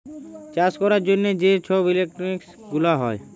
চাষ ক্যরার জ্যনহে যে ছব ইকলমিক্স গুলা হ্যয়